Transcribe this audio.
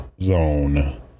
Zone